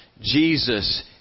Jesus